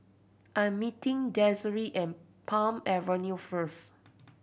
I am meeting Desirae at Palm Avenue first